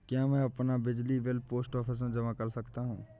क्या मैं अपना बिजली बिल पोस्ट ऑफिस में जमा कर सकता हूँ?